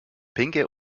pinke